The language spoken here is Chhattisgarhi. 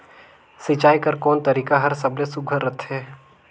सिंचाई कर कोन तरीका हर सबले सुघ्घर रथे?